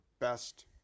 best